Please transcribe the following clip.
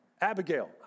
Abigail